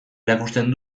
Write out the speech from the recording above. erakusten